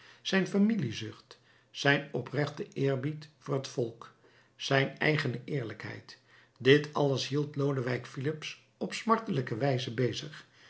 zijn familiezucht zijn oprechte eerbied voor het volk zijn eigene eerlijkheid dit alles hield lodewijk filips op smartelijke wijze bezig